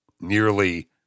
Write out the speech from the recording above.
nearly